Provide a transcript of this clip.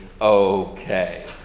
okay